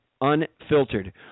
unfiltered